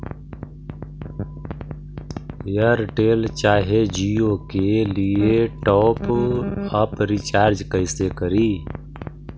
Airtel चाहे जियो के लिए टॉप अप रिचार्ज़ कैसे करी?